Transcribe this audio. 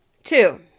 Two